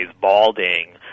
balding